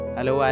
Hello